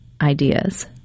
ideas